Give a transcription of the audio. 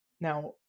Now